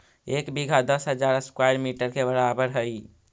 एक बीघा दस हजार स्क्वायर मीटर के बराबर हई